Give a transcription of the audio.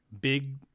big